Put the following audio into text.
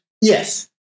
yes